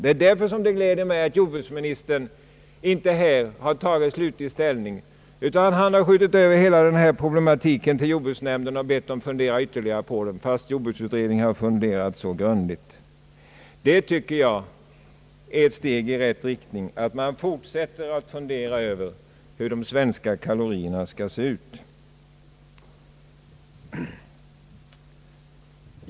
Det gläder mig därför att jordbruksministern här inte har tagit slutlig ställning utan har skjutit över hela denna problemaltik till jordbruksnämnden för ytterligare funderingar, fastän jordbruksutredningen har funderat så grundligt. Jag tycker att det är ett steg i rätt riktning att man fortsätter fundera över hur de svenska kalorierna skall se ut.